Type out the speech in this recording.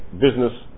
business